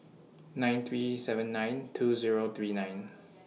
nine three seven nine two Zero three nine